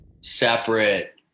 separate